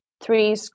three